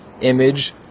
image